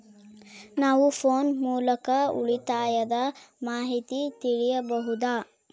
ನಾವು ಫೋನ್ ಮೂಲಕ ಉಳಿತಾಯದ ಮಾಹಿತಿ ತಿಳಿಯಬಹುದಾ?